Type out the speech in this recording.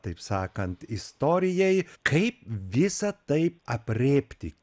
taip sakant istorijai kaip visa tai aprėpti